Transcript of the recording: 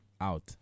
out